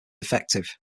effective